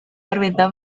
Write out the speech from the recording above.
arwyddo